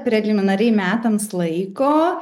preliminariai metams laiko